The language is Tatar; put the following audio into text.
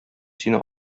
сине